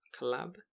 collab